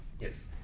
Yes